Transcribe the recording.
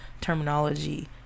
terminology